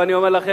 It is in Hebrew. ואני אומר לכם,